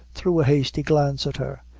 threw a hasty glance at her,